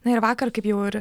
na ir vakar kaip jau ir